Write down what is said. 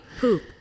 Poop